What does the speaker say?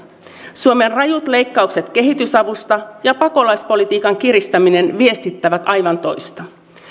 suomen rajut leikkaukset kehitysavusta ja pakolaispolitiikan kiristäminen viestittävät aivan toista